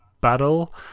battle